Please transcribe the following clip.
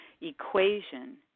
equation